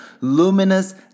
Luminous